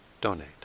donate